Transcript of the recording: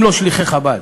אם לא שליחי חב"ד